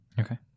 Okay